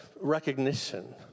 recognition